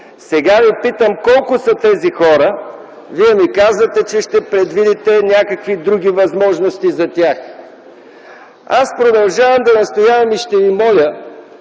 Сега Ви питам: колко са тези хора? Вие ми казвате, че ще предвидите някакви други възможности за тях. Аз продължавам да настоявам и ще Ви моля